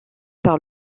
par